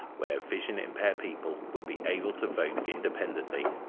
where vision impaired people would be able to vote independently,